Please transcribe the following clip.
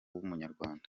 w’umunyarwanda